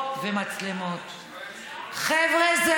חושבת שזה